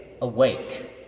awake